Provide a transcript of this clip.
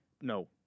No